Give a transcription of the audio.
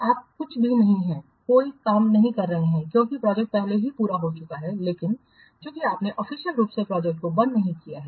आप कुछ भी नहीं हैं कोई काम नहीं कर रहे हैं क्योंकि प्रोजेक्ट पहले ही पूरी हो चुकी है लेकिन चूंकि आपने ऑफिशियल रूप से प्रोजेक्ट को बंद नहीं किया है